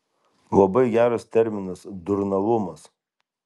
labai geras terminas durnalumas